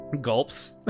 Gulps